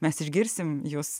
mes išgirsime jos